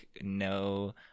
no